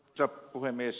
arvoisa puhemies